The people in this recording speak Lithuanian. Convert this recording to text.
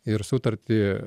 ir sutartį